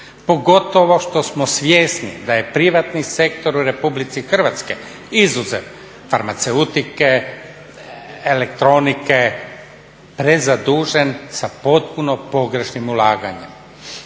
pogotovo što smo svjesni da je privatni sektor u Republici Hrvatskoj izuzev farmaceutike, elektronike prezadužen sa potpuno pogrešnim ulaganjem,